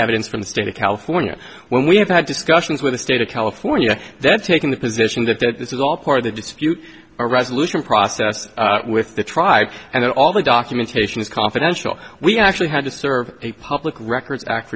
evidence from the state of california when we have had discussions with the state of california then taking the position that that this is all part of the dispute resolution process with the tribes and all the documentation is confidential we actually had to serve a public records act